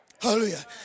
Hallelujah